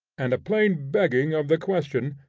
and a plain begging of the question.